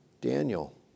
Daniel